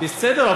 בסדר,